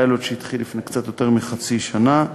שהתחיל לפני קצת יותר מחצי שנה.